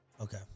Okay